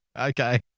Okay